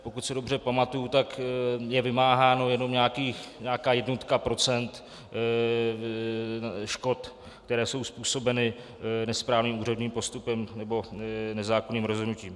Pokud se dobře pamatuji, tak je vymáhána jenom nějaká jednotka procent škod, které jsou způsobeny nesprávným úředním postupem nebo nezákonným rozhodnutím.